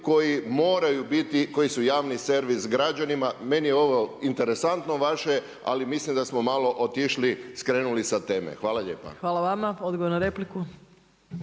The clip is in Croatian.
koji su javni servis građanima, meni ovo interesantno vaše, ali mislim da smo malo otišli, skrenuli sa teme. Hvala lijepa. **Opačić, Milanka (SDP)** Hvala vama. Odgovor na repliku.